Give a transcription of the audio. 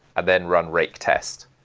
and then run rake test.